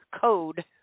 code